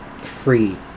free